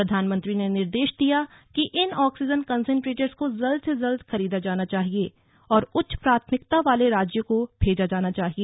प्रधानमंत्री ने निर्देश दिया कि इन ऑक्सीजन कंसेंट्रेटर्स को जल्द से जल्द खरीदा जाना चाहिए और उच्च प्राथमिकता वाले राज्यों को भेजा जाना चाहिए